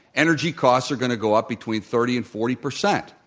energy costs are going to go up between thirty and forty percent,